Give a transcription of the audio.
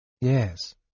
Yes